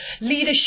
leadership